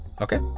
Okay